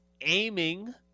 aiming